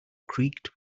creaked